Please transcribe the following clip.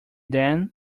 then